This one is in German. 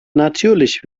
natürlich